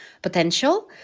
potential